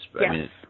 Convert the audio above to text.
Yes